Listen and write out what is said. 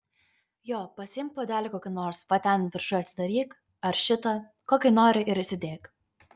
jo pasiimk puodelį kokį nors va ten viršuj atsidaryk ar šitą kokį nori ir įsidėk